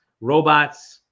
robots